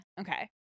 Okay